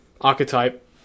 archetype